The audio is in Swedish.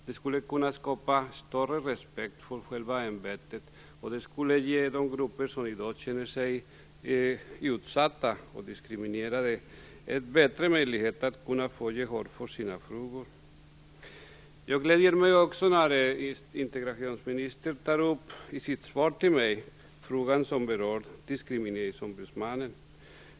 Det skulle kunna skapa större respekt för själva ämbetet och ge de grupper som i dag känner sig utsatta och diskriminerade bättre möjlighet att få gehör för sina frågor. Jag gläder mig också när integrationsministern i sitt svar till mig tar upp frågan som berör Diskrimineringsombudsmannen.